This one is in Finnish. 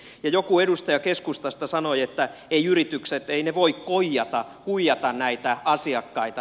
joku edustaja keskustasta sanoi että eivät yritykset voi koijata huijata näitä asiakkaita